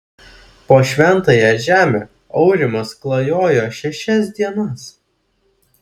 po šventąją žemę aurimas klajojo šešias dienas